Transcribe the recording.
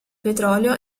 petrolio